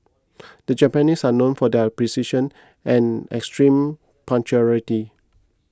the Japanese are known for their precision and extreme punctuality